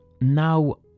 now